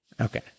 Okay